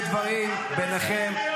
כל עוד אלו חילופי דברים ביניכם --- נחלת